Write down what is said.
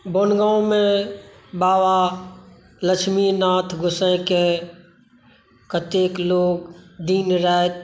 बोलबममे बाबा लक्ष्मीनाथ गोसाइकेँ कतेक लोक दिन राति